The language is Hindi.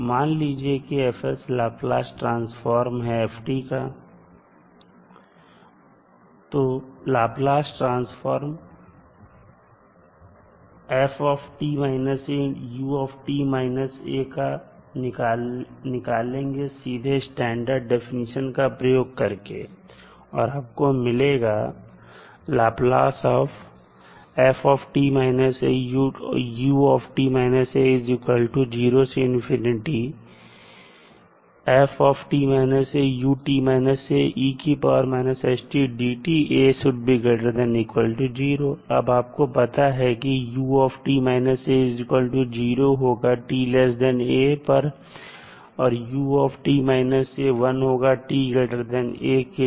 मान लीजिए की F लाप्लास ट्रांसफॉर्म है f का तो लाप्लास ट्रांसफॉर्म का निकालेंगे सीधे स्टैंडर्ड डेफिनिशन का प्रयोग करके और आपको मिलेगा अब आपको पता है कि ut − a 0 होगा ta पर और ut − a 1 को ta के लिए